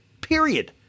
period